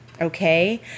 Okay